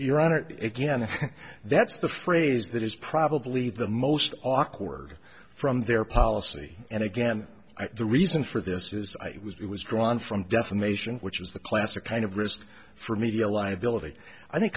your honor it again that's the phrase that is probably the most awkward from there policy and again i think the reason for this is i was it was drawn from defamation which is the classic kind of risk for media liability i think